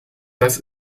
das